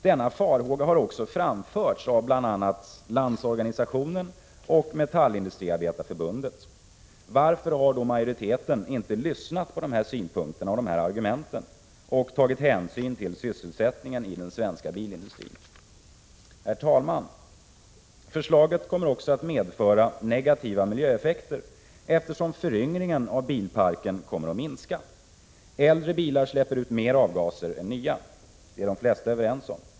Denna farhåga har också framförts av bl.a. Landsorganisationen och Metallindustriarbetareförbundet. Varför har majoriteten inte lyssnat på dessa synpunkter och argument och tagit hänsyn till sysselsättningen i den svenska bilindustrin? Herr talman! Förslaget kommer också att medföra negativa miljöeffekter, eftersom föryngringen av bilparken kommer att minska. Äldre bilar släpper ut mer avgaser än nya. Detta är de flesta överens om.